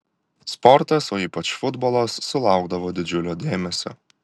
sportas o ypač futbolas sulaukdavo didžiulio dėmesio